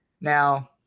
Now